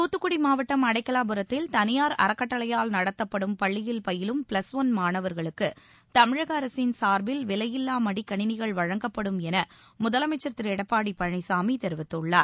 தூத்துக்குடி மாவட்டம் அடைக்கலாபுரத்தில் தனியார் அறக்கட்டளையால் நடத்தப்படும் பள்ளியில் பயிலும் ப்ளஸ் ஒன் மாணவர்களுக்கு தமிழக அரசின் சார்பில் விலையில்லா மடிக்கணினிகள் வழங்கப்படும் என முதலமைச்சர் திரு எடப்பாடி பழனிசாமி தெரிவித்துள்ளார்